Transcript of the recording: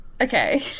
okay